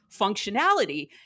functionality